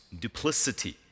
duplicity